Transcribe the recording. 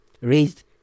raised